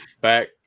back